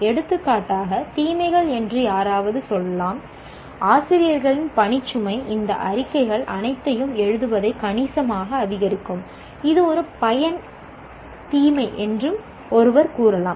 எடுத்துக்காட்டாக தீமைகள் என்று யாராவது சொல்லலாம் ஆசிரியர்களின் பணிச்சுமை இந்த அறிக்கைகள் அனைத்தையும் எழுதுவதை கணிசமாக அதிகரிக்கும் இது ஒரு பயன் தீமை என்று ஒருவர் கூறலாம்